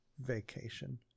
Vacation